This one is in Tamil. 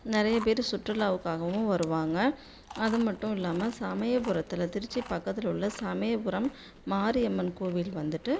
நிறைய பேர் சுற்றுலாவுக்காகவும் வருவாங்க அது மட்டும் இல்லாமல் சமயபுரத்தில் திருச்சி பக்கத்தில் உள்ள சமயபுரம் மாரியம்மன் கோவில் வந்துவிட்டு